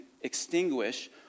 extinguish